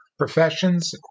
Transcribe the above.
professions